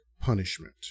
punishment